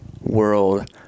world